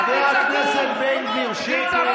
חבר הכנסת בן גביר, שקט.